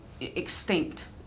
extinct